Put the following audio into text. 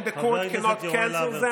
and the court cannot cancel them,